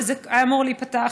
וזה היה אמור להיפתח,